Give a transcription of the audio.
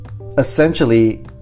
essentially